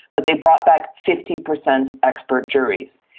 but they brought back fifty percent expert juries.